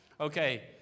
Okay